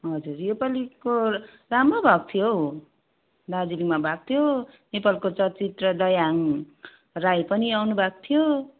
हजुर यो पालिको राम्रो भएको थियो हौ दार्जिलिङमा भएको थियो नेपालको चलचित्र दयाहाङ राई पनि आउनुभएको थियो